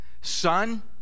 Son